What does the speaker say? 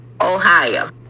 Ohio